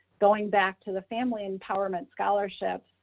going back to the family empowerment scholarships,